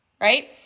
right